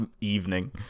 evening